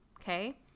okay